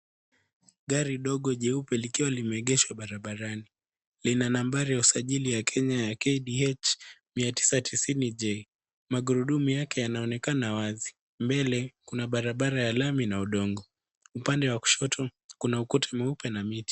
Gari dogo jeupe likiwa limeegeshwa barabarani. Lina nambari ya usajili ya kenya ya KBH 990J. Magurudumu yake yanonekana wazi. Mbele kuna barabara ya lami na udongo. Upande wa kushoto kuna ukuta mweupe na miti.